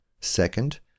Second